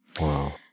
Wow